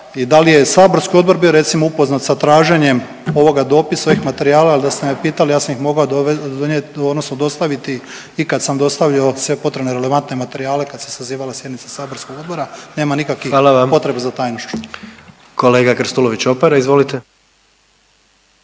i da li je saborski odbor bio recimo upoznat sa traženjem ovoga dopisa, ovih materijala jel da ste me pitali ja sam ih mogao donijeti odnosno dostaviti i kad sam dostavljao sve potrebne relevantne materijale kad se sazivala sjednica saborskog odbora. Nema nikakvih …/Upadica: Hvala vam./… potreba za tajnošću.